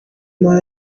meyer